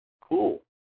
Cool